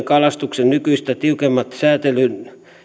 kalastuksen nykyistä tiukemman säätelyn